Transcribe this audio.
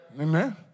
Amen